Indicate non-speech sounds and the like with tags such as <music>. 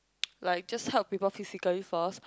<noise> like just help people physically first